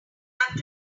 have